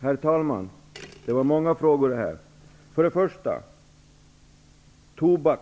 Herr talman! Det var många frågor. Tobak